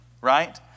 Right